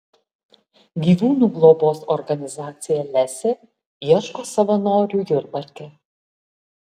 gyvūnų globos organizacija lesė ieško savanorių jurbarke